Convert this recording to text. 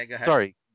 Sorry